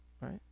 right